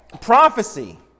prophecy